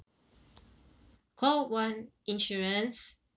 call one insurance